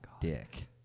dick